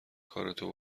کارتو